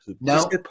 No